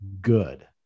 good